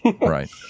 right